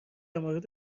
مورد